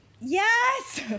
Yes